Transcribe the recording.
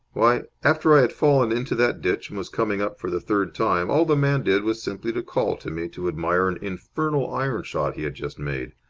why, after i had fallen into that ditch and was coming up for the third time, all the man did was simply to call to me to admire an infernal iron shot he had just made.